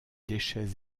déchets